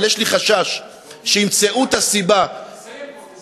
אבל יש לי חשש שימצאו את הסיבה, תסיים פה, תסיים.